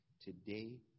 Today